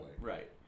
right